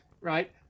right